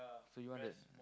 so you want that